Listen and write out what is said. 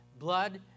blood